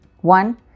One